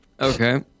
Okay